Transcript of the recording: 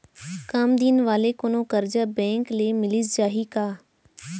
कम दिन वाले कोनो करजा बैंक ले मिलिस जाही का?